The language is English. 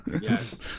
Yes